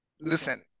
Listen